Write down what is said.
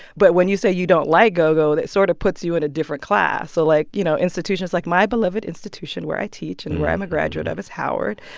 but when you say you don't like go-go, that sort of puts you in a different class. so, like, you know, institutions like my beloved institution where i teach and where i'm a graduate of is howard.